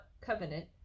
covenant